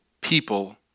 people